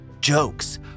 Jokes